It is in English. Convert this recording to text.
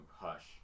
Hush